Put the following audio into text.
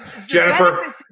Jennifer